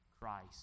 Christ